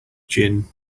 gin